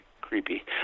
creepy